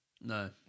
No